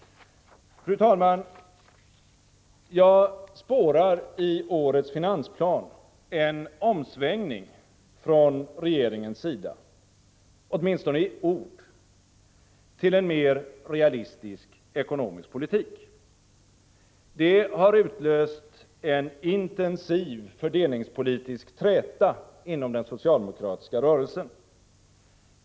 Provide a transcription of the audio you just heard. Fru talman! Jag spårar i årets finansplan en omsvängning från regeringens sida — åtminstone i ord — till en mer realistisk ekonomisk politik. Det har utlöst en intensiv fördelningspolitisk träta inom den socialdemokratiska rörelsen.